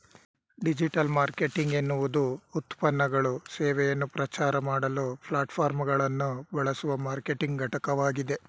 digital marketing ಎನ್ನುವುದುಉತ್ಪನ್ನಗಳು ಸೇವೆಯನ್ನು ಪ್ರಚಾರಮಾಡಲು ಪ್ಲಾಟ್ಫಾರ್ಮ್ಗಳನ್ನುಬಳಸುವಮಾರ್ಕೆಟಿಂಗ್ಘಟಕವಾಗಿದೆ